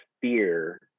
fear